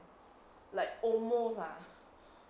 like almost ah